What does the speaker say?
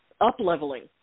up-leveling